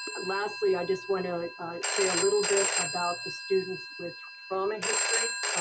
lastly, i just want to say a little bit about the students with trauma histories.